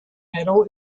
medal